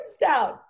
down